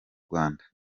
rwanda